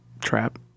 trap